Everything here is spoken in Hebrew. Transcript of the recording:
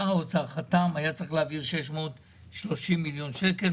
שר האוצר חתם והיה צריך להעביר 630,000,000 שקל,